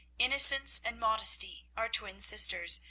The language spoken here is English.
innocence and modesty are twin sisters,